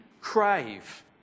crave